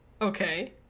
okay